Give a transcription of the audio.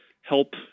help